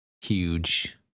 Huge